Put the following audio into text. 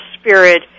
spirit